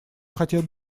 хотел